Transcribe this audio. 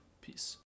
Peace